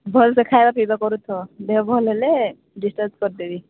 ଭଲ ସେ ଖାଇବା ପିଇବା କରୁଥାଅ ଦେହ ଭଲ ହେଲେ ଡିସଚାର୍ଜ କରିଦେବି